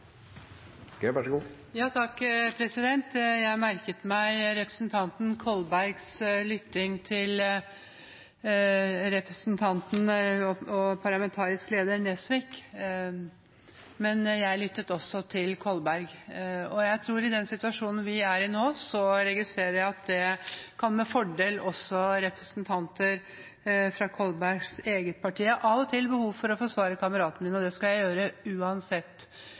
Kolbergs lytting til representanten og parlamentarisk leder Nesvik. Men jeg lyttet også til Kolberg, og jeg tror at i den situasjonen vi er i nå, registrerer jeg at det kan med fordel også representanter fra Kolbergs eget parti gjøre. Jeg har av og til behov for å forsvare kameratene mine, og det skal jeg gjøre uansett